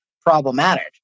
problematic